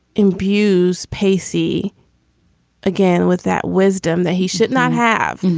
imbues pesi again with that wisdom that he should not have.